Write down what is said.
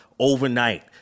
overnight